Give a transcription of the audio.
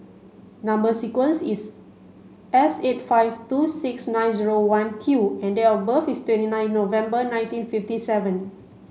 number sequence is S eight five two six nine zero one Q and date of birth is twenty nine November nineteen fifty seven